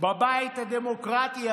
בבית הדמוקרטי.